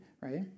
right